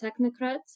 technocrats